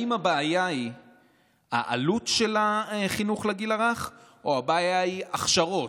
האם הבעיה היא העלות של החינוך לגיל הרך או הבעיה היא הכשרות,